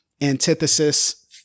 antithesis